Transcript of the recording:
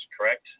correct